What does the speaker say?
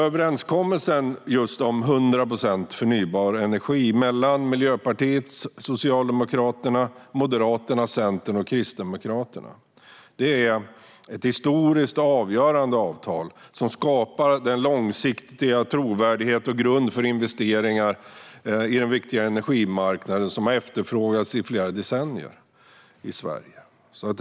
Överenskommelsen just om 100 procent förnybar energi mellan Miljöpartiet, Socialdemokraterna, Moderaterna, Centerpartiet och Kristdemokraterna är ett historiskt och avgörande avtal som skapar långsiktig trovärdighet och grund för investeringar på den viktiga energimarknaden, vilket har efterfrågats i flera decennier i Sverige.